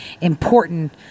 important